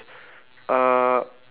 uh